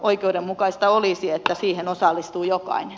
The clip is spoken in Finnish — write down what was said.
oikeudenmukaista olisi että siihen osallistuu jokainen